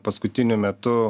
paskutiniu metu